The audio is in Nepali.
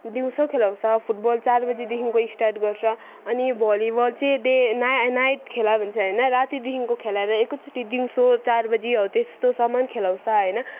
दिउँसो खेलाउँछ फुटबल चार बजीदेखिको स्टार्ट गर्छ अनि भलिबल चाहिँ डे एन्ड नाइ नाइट खेलाए भने चाहिँ होइन रातिदेखिको खेलाएर एकैचोटिको दिउँसो चार बजी हो त्यस्तोसम्म खेलाउँछ होइन